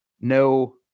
no